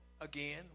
again